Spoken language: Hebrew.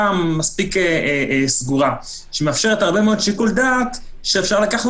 מספיק סגורה שמאפשרת הרבה מאוד שיקול דעת שאפשר לקחת